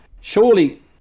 surely